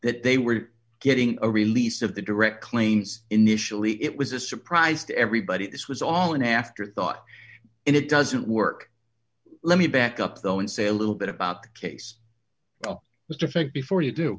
that they were getting a release of the direct claims initially it was a surprise to everybody this was all an afterthought and it doesn't work let me back up though and say a little bit about the case this defect before you do